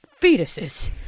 fetuses